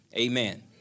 amen